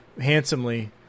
handsomely